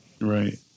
Right